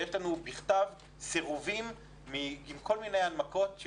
יש לנו בכתב סירובים עם כל מיני הנמקות של